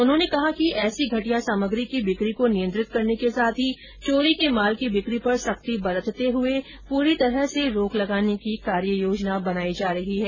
उन्होंने कहा कि ऐसी घटिया सामग्री की बिक्री को नियंत्रित करने के साथ ही चोरी के माले की बिक्री पर सख्ती बरतते हुए पूरी तरह से रोक लगाने की कार्ययोजना बनाई जा रही है